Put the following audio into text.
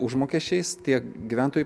užmokesčiais tiek gyventojų